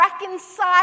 reconcile